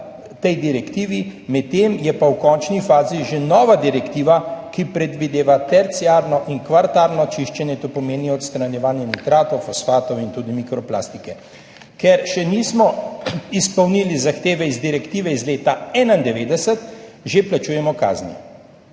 medtem je pa v končni fazi že nova direktiva, ki predvideva terciarno in kvartarno čiščenje, to pomeni odstranjevanje nitratov, fosfatov in tudi mikroplastike. Ker še nismo izpolnili zahteve iz direktive iz leta 1991, že plačujemo kazni.